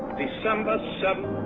december seventh,